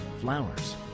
flowers